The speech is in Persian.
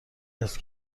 است